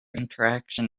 interaction